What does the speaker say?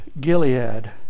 Gilead